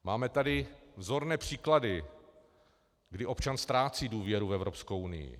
Máme tady vzorné příklady, kdy občan ztrácí důvěru v Evropskou unii.